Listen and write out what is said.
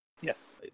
Yes